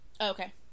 okay